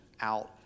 out